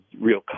real